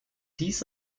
dies